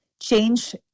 change